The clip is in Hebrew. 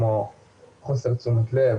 כמו חוסר תשומת לב,